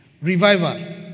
revival